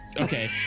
Okay